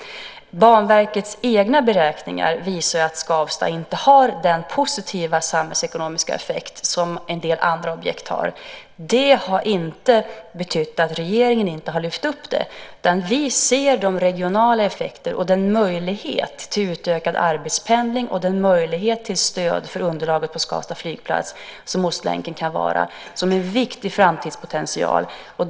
Banverkets egna beräkningar visar att Skavsta inte har den positiva samhällsekonomiska effekt som en del andra objekt har. Det har inte betytt att regeringen inte har lyft fram det, utan vi ser de regionala effekterna och den möjlighet till utökad arbetspendling och stöd för underlaget på Skavsta flygplats som Ostlänken kan vara som en viktig framtidspotential.